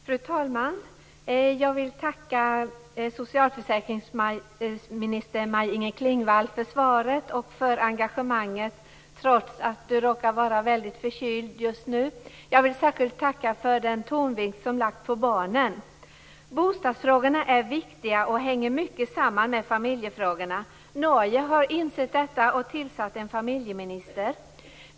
Fru talman! Jag vill tacka socialförsäkringsminister Maj-Inger Klingvall för svaret och för engagemanget, trots att hon råkar vara väldigt förkyld just nu. Jag vill särskilt tacka för den tonvikt som lagts på barnen. Bostadsfrågorna är viktiga och hänger mycket samman med familjefrågorna. Norge har insett detta och tillsatt en familjeminister.